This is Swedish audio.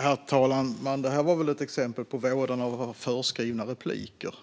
Herr talman! Det här var väl ett exempel på vådan av att ha förskrivna repliker.